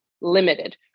limited